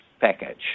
package